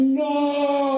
no